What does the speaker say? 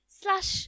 slash